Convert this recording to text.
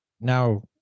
Now